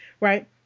right